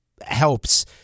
helps